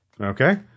Okay